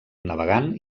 navegant